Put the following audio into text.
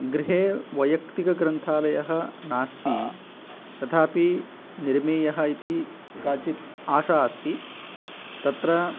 गृहे वैयक्तिकग्रन्थालयः नास्ति तथापि निर्मीयः इति काचित् आशा अस्ति तत्र